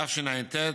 תשע"ט,